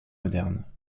moderne